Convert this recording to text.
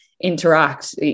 interact